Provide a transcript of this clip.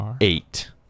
eight